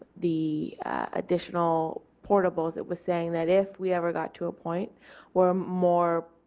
the additional portables it was saying that if we ever got to a point where um more,